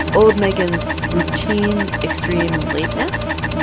old megan's routine extreme lateness.